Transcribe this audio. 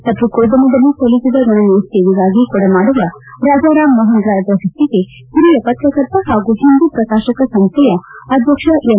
ಪತ್ರಿಕೋದ್ಯಮದಲ್ಲಿ ಸಲ್ಲಿಸಿದ ಗಣನೀಯ ಸೇವೆಗಾಗಿ ಕೊಡಮಾಡುವ ರಾಜಾರಾಮ್ ಮೋಹನ್ ರಾಯ್ ಪ್ರಶಸ್ತಿಗೆ ಹಿರಿಯ ಪತ್ರಕರ್ತ ಹಾಗೂ ಹಿಂದೂ ಪ್ರಕಾಶಕ ಸಂಸ್ಥೆಯ ಅಧ್ಯಕ್ಷ ಎನ್